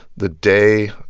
the day